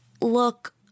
look